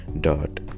dot